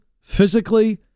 physically